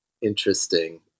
interesting